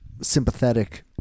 sympathetic